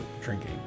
drinking